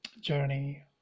journey